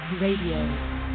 Radio